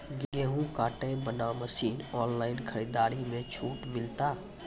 गेहूँ काटे बना मसीन ऑनलाइन खरीदारी मे छूट मिलता?